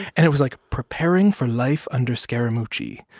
and it was like, preparing for life under scaramucci.